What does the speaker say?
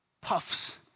puffs